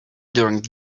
during